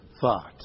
thought